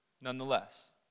nonetheless